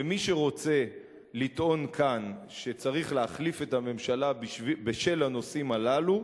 ומי שרוצה לטעון כאן שצריך להחליף את הממשלה בשל הנושאים הללו,